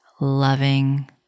loving